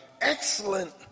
excellent